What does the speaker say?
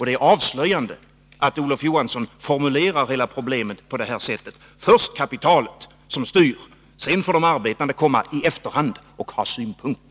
Det är avslöjande att Olof Johansson formulerar hela problemet på det här sättet: Först kapitalet som styr — sedan får de arbetande komma i efterhand och ha synpunkter.